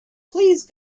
please